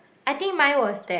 I think mine was that